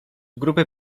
grupy